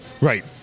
Right